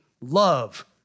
love